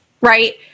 right